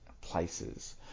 places